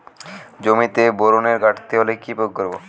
জমিতে বোরনের ঘাটতি হলে কি প্রয়োগ করব?